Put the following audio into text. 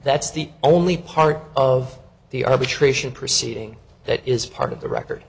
that's the only part of the arbitration proceeding that is part of the record